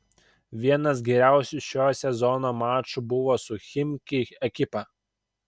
vienas geriausių šio sezono mačų buvo su chimki ekipa